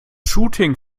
shooting